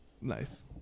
Nice